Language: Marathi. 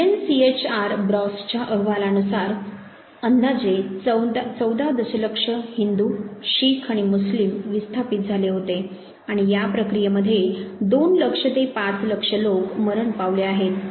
यूएनसीएचआरच्या ब्रासच्या अहवालानुसार अंदाजे 14 दशलक्ष हिंदू शीख आणि मुस्लिम विस्थापित झाले होते आणि या प्रक्रिये मध्ये 2 लक्ष ते 5 लक्ष लोक मरण पावले आहेत